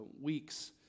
weeks